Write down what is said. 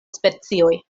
specioj